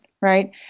right